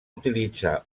utilitzar